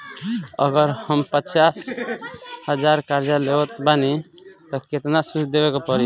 अगर हम पचास हज़ार कर्जा लेवत बानी त केतना सूद देवे के पड़ी?